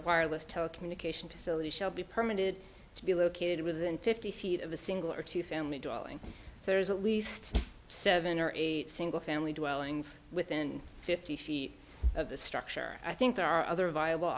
wireless telecommunications facility shelby permit it to be located within fifty feet of a single or two family dwelling there is at least seven or eight single family dwellings within fifty feet of the structure i think there are other viable